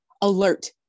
alert